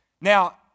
Now